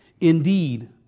Indeed